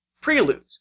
prelude